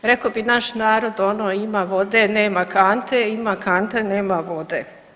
Rekao bi naš narod ono ima vode, nema kante, ima kante, nema vode.